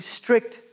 strict